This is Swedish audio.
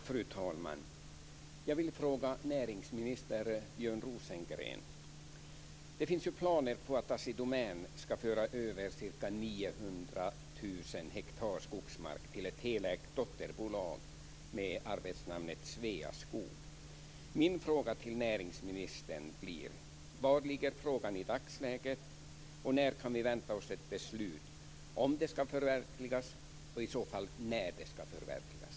Fru talman! Jag vill ställa en fråga till näringsminister Björn Rosengren. Det finns planer på att Assi Domän skall föra över ca 900 000 hektar skogsmark till ett helägt dotterbolag med arbetsnamnet Sveaskog. Min fråga till näringsministern blir följande: Var ligger frågan i dagsläget? När kan vi vänta oss ett beslut när det gäller om planerna skall förverkligas och när de i så fall skall förverkligas?